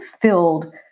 filled